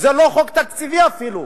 זה לא חוק תקציבי אפילו.